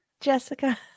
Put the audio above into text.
Jessica